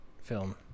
film